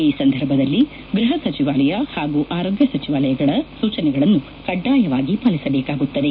ಈ ಸಂದರ್ಭದಲ್ಲಿ ಗ್ವಹ ಸಚಿವಾಲಯ ಹಾಗೂ ಆರೋಗ್ಯ ಸಚಿವಾಲಯಗಳ ಸೂಚನೆಗಳನ್ನು ಕಡ್ಡಾಯವಾಗಿ ಪಾಲಿಸಬೇಕಾಗುತ್ತದೆ